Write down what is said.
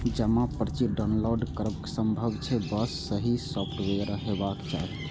जमा पर्ची डॉउनलोड करब संभव छै, बस सही सॉफ्टवेयर हेबाक चाही